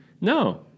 no